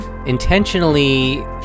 intentionally